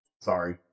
Sorry